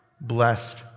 Blessed